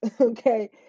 okay